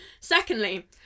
Secondly